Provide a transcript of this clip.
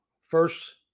first